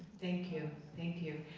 thank you, thank you.